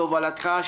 בהובלתך,